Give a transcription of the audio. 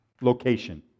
Location